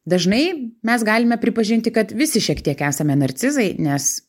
dažnai mes galime pripažinti kad visi šiek tiek esame narcizai nes